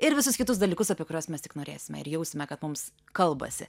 ir visus kitus dalykus apie kuriuos mes tik norėsime ir jausime kad mums kalbasi